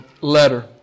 letter